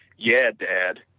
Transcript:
yeah, dad,